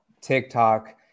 TikTok